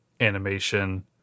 animation